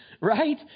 right